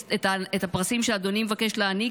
הפרסים שאדוני מבקש להעניק,